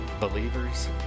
Believers